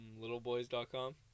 Littleboys.com